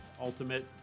ultimate